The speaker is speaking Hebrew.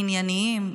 ענייניים,